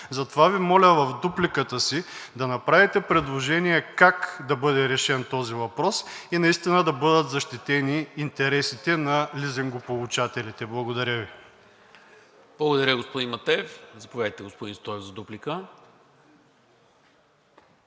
Затова Ви моля в дупликата си да направите предложение как да бъде решен този въпрос и да бъдат защитени интересите на лизингополучателите. Благодаря Ви. ПРЕДСЕДАТЕЛ НИКОЛА МИНЧЕВ: Благодаря, господин Матеев. Заповядайте, господин Стоев, за дуплика.